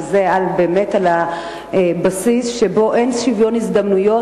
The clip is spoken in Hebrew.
וזה על הבסיס שבו אין שוויון הזדמנויות,